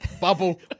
bubble